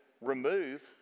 remove